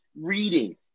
reading